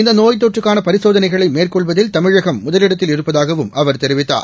இந்த நோய் தொற்றுக்கான பரிசோதனைகளை மேற்கொள்வதில் தமிழகம் முதலிடத்தில் இருப்பதாகவும் அவர் தெரிவித்தார்